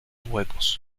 huecos